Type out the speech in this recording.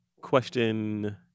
question